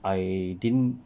I didn't